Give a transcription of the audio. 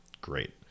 great